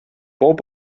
bob